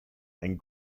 and